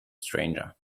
stranger